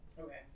Okay